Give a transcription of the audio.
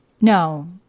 No